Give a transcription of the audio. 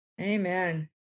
Amen